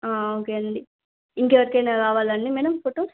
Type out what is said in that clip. okay అండి ఇంకెవరికైనా కావాలండి మేడమ్ ఫోటోస్